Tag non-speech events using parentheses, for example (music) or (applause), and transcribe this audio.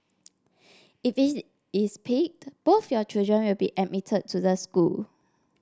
if (unintelligible) is picked both your children will be admitted to the school